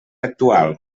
actual